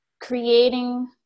creating